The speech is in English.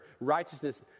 righteousness